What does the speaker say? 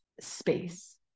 space